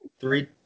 Three